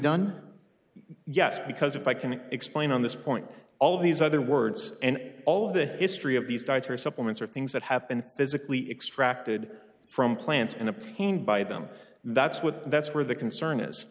done yes because if i can explain on this point all these other words and all of the history of these dietary supplements are things that have been physically extracted from plants and obtained by them that's what that's where the concern is